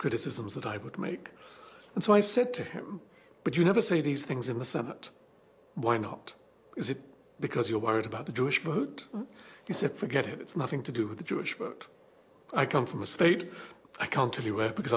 criticisms that i would make and so i said to him but you never say these things in the senate why not is it because you're worried about the jewish vote he said forget it it's nothing to do with the jewish vote i come from a state i can't tell you where because